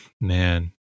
man